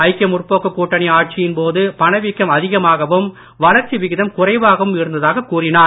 ஐக்கிய முற்போக்குக் கூட்டணி ஆட்சியின் போது பணவீக்கம் அதிகமாகவும் வளர்ச்சி விகிதம் குறைவாகவும் இருந்த்தாகக் கூறினார்